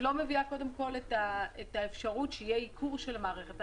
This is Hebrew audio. לא מביאה בחשבון את האפשרות שיהיה ייקור של המערכת.